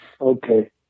Okay